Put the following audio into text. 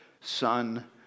son